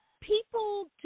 people